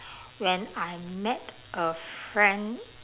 when I met a friend